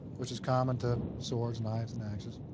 which is common to swords, knives, and axes.